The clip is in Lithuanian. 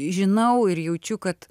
žinau ir jaučiu kad